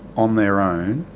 on their own,